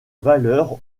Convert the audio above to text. valeur